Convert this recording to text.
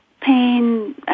pain